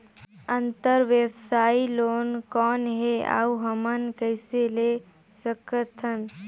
अंतरव्यवसायी लोन कौन हे? अउ हमन कइसे ले सकथन?